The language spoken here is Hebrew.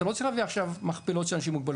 אתה לא צריך להביא עכשיו מכפלות של אנשים עם מוגבלות.